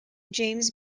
james